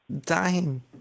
Dying